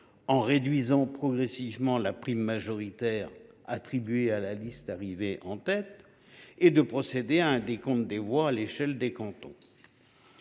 en réduisant progressivement la prime majoritaire attribuée à la liste arrivée en tête et, d’autre part, de procéder à un décompte des voix à l’échelle du canton.